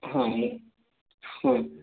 ಹಾಂ ಹೌದು